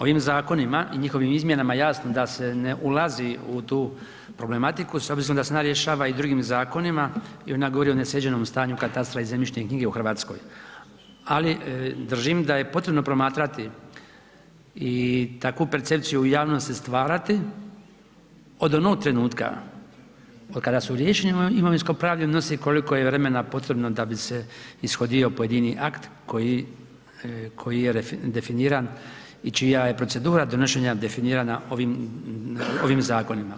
Ovim zakonima i njihovim izmjenama jasno da se ne ulazi u tu problematiku s obzirom da se ona rješava i drugim zakonima i ona govori o nesređenom stanju katastra i zemljišnih knjiga u Hrvatskoj, ali držim da je potrebno promatrati i takvu percepciju u javnosti stvarati od onog trenutka od kada su riješeni imovinsko-pravni odnosi koliko je vremena potrebno da bi se ishodio pojedini akt koji je definiran i čija je procedura donošenja definirana ovim zakonima.